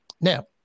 Now